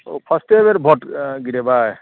ओ फर्स्टे बेर वोट गिरेबै